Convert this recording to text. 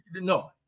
No